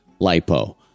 lipo